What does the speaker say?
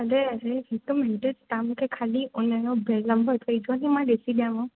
हले हले हिकु मिंट तां मूंखे खाली उनजो बिल नम्बर ॾेई छॾियो मां ॾिसी ॾियांव